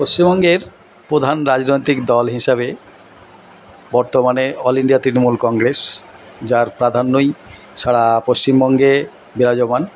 পশ্চিমবঙ্গের প্রধান রাজনৈতিক দল হিসাবে বর্তমানে অল ইন্ডিয়া তৃণমূল কংগ্রেস যার প্রাধান্যই সারা পশ্চিমবঙ্গে বিরাজমান